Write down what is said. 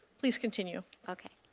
please continue. okay.